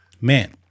Man